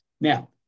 Now